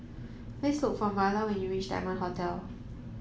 please look for Marla when you reach Diamond Hotel